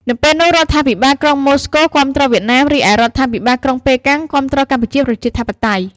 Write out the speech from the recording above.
នៅពេលនោះរដ្ឋាភិបាលក្រុងមូស្គូគាំទ្រវៀតណាម រីឯរដ្ឋាភិបាលក្រុងប៉េកាំងគាំទ្រកម្ពុជាប្រជាធិបតេយ្យ។